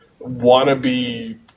wannabe